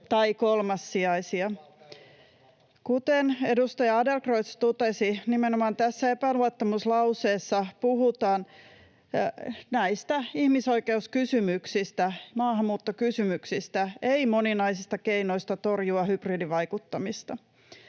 tai kolmassijaisia. Kuten edustaja Adlercreutz totesi, tässä epäluottamuslauseessa puhutaan nimenomaan ihmisoikeuskysymyksistä, maahanmuuttokysymyksistä, ei moninaisista keinoista torjua hybridivaikuttamista.